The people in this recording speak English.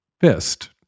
fist